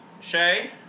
shay